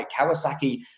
Kawasaki